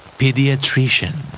pediatrician